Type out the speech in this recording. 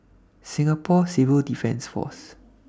Singapore Civil Defence Force